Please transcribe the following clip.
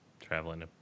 Traveling